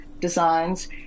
designs